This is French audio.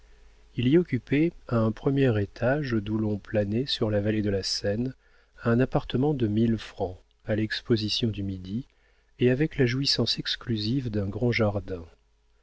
il y occupait à un premier étage d'où l'on planait sur la vallée de la seine un appartement de mille francs à l'exposition du midi et avec la jouissance exclusive d'un grand jardin